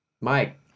Mike